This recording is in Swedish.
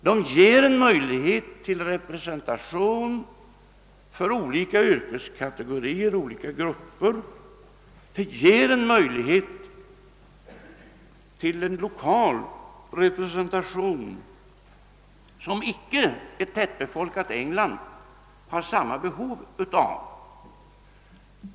Den ger möjlighet till representation för olika yrkeskategorier och olika grupper, och den ger även möjlighet till en lokal representation, som det tättbefolkade England icke har samma behov av.